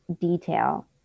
detail